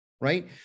right